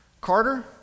Carter